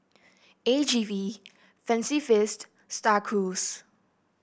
A G V Fancy Feast Star Cruise